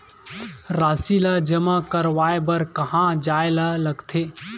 राशि ला जमा करवाय बर कहां जाए ला लगथे